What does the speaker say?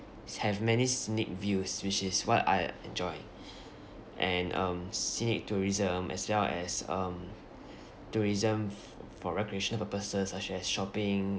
have many scenic views which is what I enjoy and um scenic tourism as well as um tourism f~ for recreational purposes such as shopping